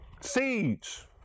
seeds